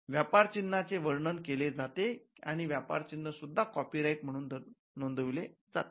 व्यापार चिन्हाचे वर्णन केले जाते आणि व्यापार चिन्ह सुद्धा कॉपीराईट म्हणून नोंदविले जाते